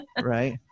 Right